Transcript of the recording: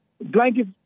blanket